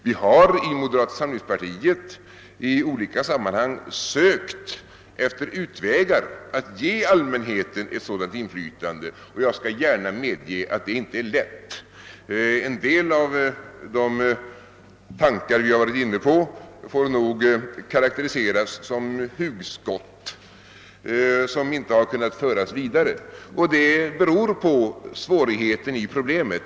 Vi har i moderata samlingspartiet i olika sammanhang sökt efter utvägar att ge allmänheten ett sådant inflytande, och jag skall gärna medge att det inte är lätt. En del av de tankar vi varit inne på får nog karakteriseras som hugskott som inte har kunnat föras vidare. Det beror på svårigheten i problemet.